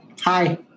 hi